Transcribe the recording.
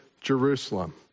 Jerusalem